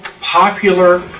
popular